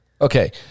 Okay